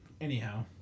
anyhow